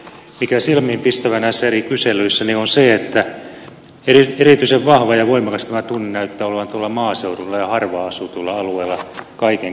silmiinpistävää näissä eri kyselyissä on se että erityisen vahva ja voimakas tämä tunne näyttää olevan maaseudulla ja harvaan asutuilla alueilla kaiken kaikkiaan